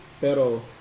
Pero